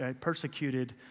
persecuted